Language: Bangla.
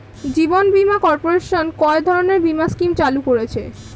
জীবন বীমা কর্পোরেশন কয় ধরনের বীমা স্কিম চালু করেছে?